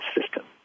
system